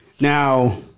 Now